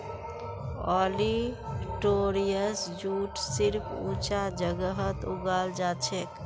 olitorius jute सिर्फ ऊंचा जगहत उगाल जाछेक